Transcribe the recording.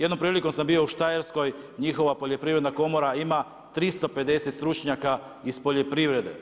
Jednom prilikom sam bio u Štajerskoj, njihova Poljoprivredna komora ima 350 stručnjaka iz poljoprivrede.